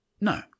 No